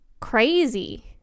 crazy